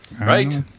Right